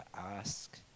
ask